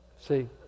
See